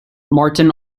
martin